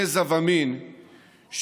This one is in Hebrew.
גזע ומין,